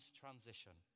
transition